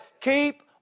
Keep